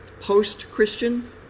post-Christian